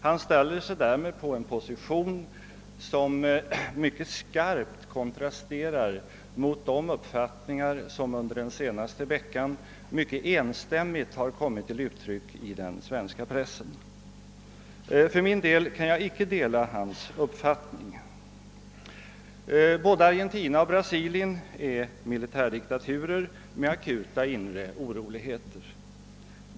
Han ställer sig därmed i en position som mycket skarpt kontrasterar mot de uppfattningar, som under den senaste veckan mycket enstämmigt har kommit till uttryck i den svenska pressen. Jag kan icke dela handelsministerns uppfattning. Både Argentina och Brasilien är militärdiktaturer med akuta inre oroligheter.